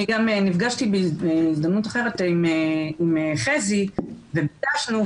אני גם נפגשתי בהזדמנות אחרת עם חזי וביקשנו,